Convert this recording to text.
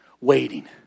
waiting